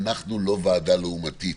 אנחנו לא ועדה לעומתית.